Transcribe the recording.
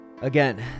again